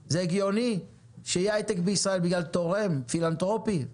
זה הגיוני שההייטק בישראל יהיה תלוי בתורם פילנתרופי?